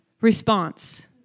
response